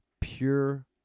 pure